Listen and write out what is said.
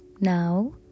Now